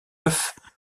œufs